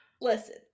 listen